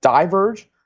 diverge